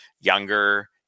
younger